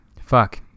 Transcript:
Fuck